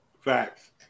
Facts